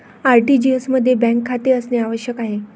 RTGS मध्ये bank खाते असणे आवश्यक आहे